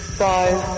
five